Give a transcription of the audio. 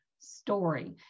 Story